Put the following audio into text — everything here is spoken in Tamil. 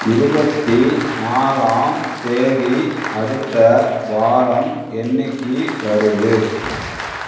இருபத்தி நாலாம் தேதி அடுத்த வாரம் என்னைக்கு வருது